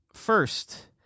First